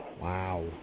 Wow